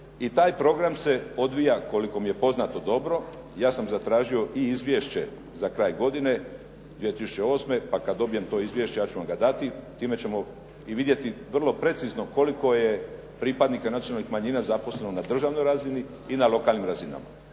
I taj program se odvija koliko mi je poznato dobro. Ja sam zatražio i izvješće za kraj godine 2008. pa kada dobijem to izvješće ja ću vam ga dati, time ćemo i vidjeti vrlo precizno koliko je pripadnika nacionalnih manjina zaposleno na državnoj razini i na lokalnim razinama.